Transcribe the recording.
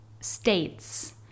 states